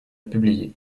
publier